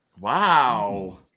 Wow